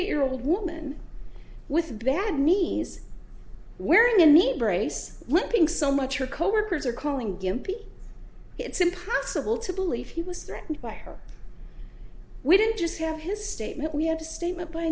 eight year old woman with bad knees wearing a meat brace limping so much her coworkers are calling gimpy it's impossible to believe he was threatened by her we don't just have his statement we have a statement by